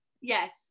Yes